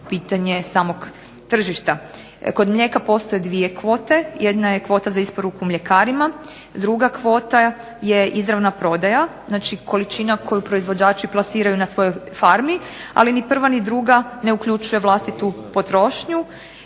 pitanje samog tržišta. Kod mlijeka postoje dvije kvote. Jedna je kvota za isporuku mljekarima. Druga kvota je izravna prodaja, znači količina koju proizvođači plasiraju na svojoj farmi, ali ni prva ni druga ne uključuje vlastitu potrošnju.